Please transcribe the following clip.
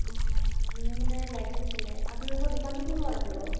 অঁ মোৰ মানে লাগিছিলে আপোনালোকৰ দোকানটো কোন ডোখৰত আছে বাৰু